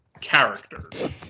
characters